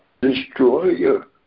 destroyer